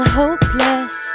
hopeless